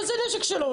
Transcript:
אבל זה נשק שלו.